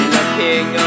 Looking